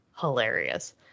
hilarious